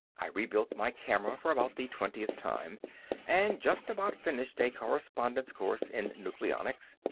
i rebuilt my camera for about the twentieth time and just about finished a correspondence course in nucleonics.